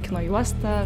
kino juosta